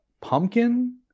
pumpkin